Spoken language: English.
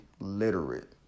literate